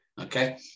Okay